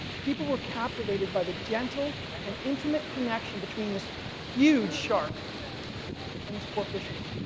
people were captivated by the gentle and intimate connection between this huge shark and this poor fisherman.